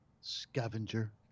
scavenger